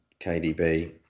KDB